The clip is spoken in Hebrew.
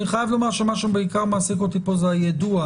מה שבעיקר מעסיק אותי פה זה היידוע.